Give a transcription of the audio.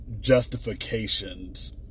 justifications